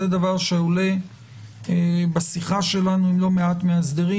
זה דבר שעולה בשיחה שלנו עם לא מעט מאסדרים.